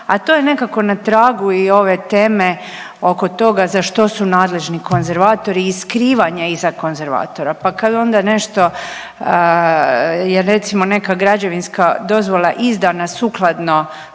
a to je nekako na tragu i ove teme oko toga za što su nadležni konzervatori i skrivanje iza konzervatora pa kad onda nešto je recimo neka građevinska dozvola izdana sukladno